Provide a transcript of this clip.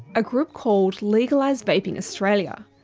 a group called legalise vaping australia.